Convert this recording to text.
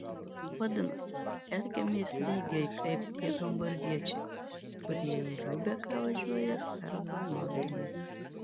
vadinasi elgiamės lygiai kaip tie hamburgiečiai kurie į liubeką važiuoja per hanoverį